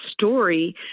story